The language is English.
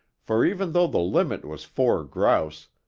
for even though the limit was four grouse,